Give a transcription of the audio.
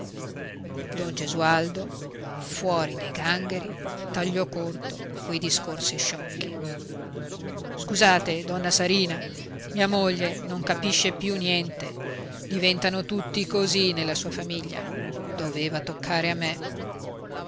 don gesualdo fuori dei gangheri tagliò corto a quei discorsi sciocchi scusate donna sarina mia moglie non capisce più niente diventano tutti così nella sua famiglia doveva toccare a me